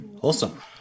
awesome